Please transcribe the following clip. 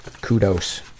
Kudos